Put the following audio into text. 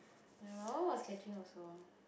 ya my one was catching also